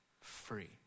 free